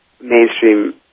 mainstream